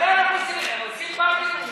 מתי אנחנו עושים פעם קידוש השם?